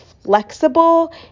flexible